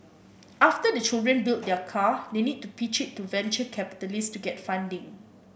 after the children build their car they need to pitch it to venture capitalists to get funding